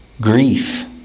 grief